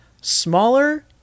smaller